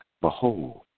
Behold